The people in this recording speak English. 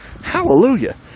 hallelujah